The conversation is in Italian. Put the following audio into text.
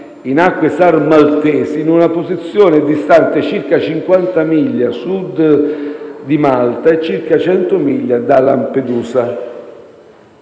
in acque SAR maltesi, in una posizione distante circa 50 miglia a sud di Malta e circa 100 miglia da Lampedusa.